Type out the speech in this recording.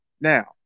Now